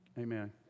amen